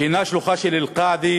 שהוא שלוחה של "אל-קאעידה",